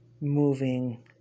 moving